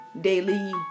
daily